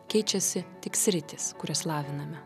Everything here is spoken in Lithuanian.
keičiasi tik sritys kurias laviname